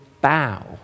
bow